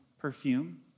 Perfume